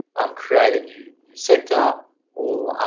um, create a new new sector or,